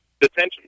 detention